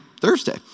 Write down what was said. Thursday